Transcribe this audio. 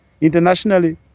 internationally